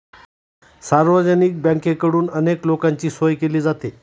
सार्वजनिक बँकेकडून अनेक लोकांची सोय केली जाते